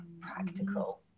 practical